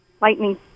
lightning